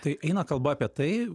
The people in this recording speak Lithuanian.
tai eina kalba apie tai